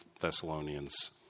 Thessalonians